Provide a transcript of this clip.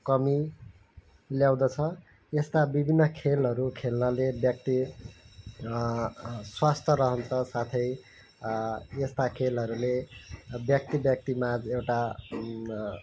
कमी ल्याउँदछ यस्ता विभिन्न खेलहरू खेल्नाले व्यक्ति स्वस्थ रहन्छ साथै यस्ता खेलहरूले व्यक्ति व्यक्तिमाझ एउटा